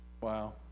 Wow